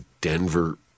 Denver